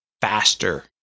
faster